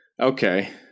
Okay